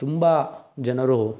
ತುಂಬಾ ಜನರು